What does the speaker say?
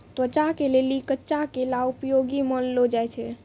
त्वचा के लेली कच्चा केला उपयोगी मानलो जाय छै